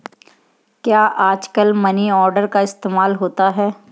क्या आजकल money order का इस्तेमाल होता है?